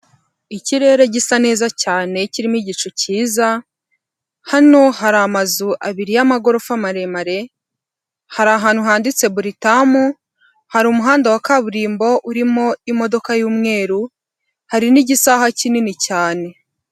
Ikirere gisa neza cyane, kirimo igicu cyiza, hano hari amazu abiri y'amagorofa maremare, hari ahantu handitse Buritamu, hari umuhanda wa kaburimbo urimo imodoka y'umweru, hari n'igisahaha kinini cyane.